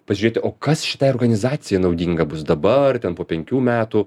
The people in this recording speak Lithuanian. pažiūrėti o kas šitai organizacijai naudinga bus dabar ten po penkių metų